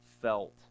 felt